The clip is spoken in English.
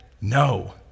no